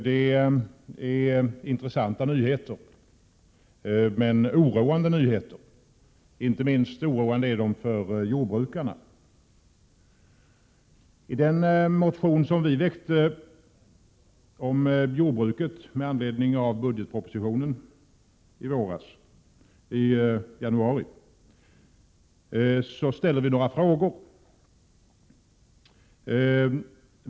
Det är intressanta men oroande nyheter, oroande inte minst för jordbrukarna. I den motion om jordbruket som vi väckte i januari med anledning av budgetpropositionen ställer vi några frågor.